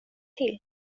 till